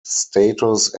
status